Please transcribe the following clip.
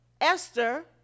Esther